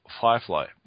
Firefly